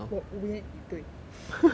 wo~ we ya 对